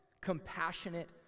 compassionate